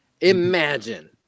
Imagine